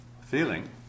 feeling